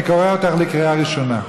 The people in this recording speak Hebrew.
אני קורא אותך לסדר בקריאה ראשונה.